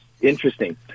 interesting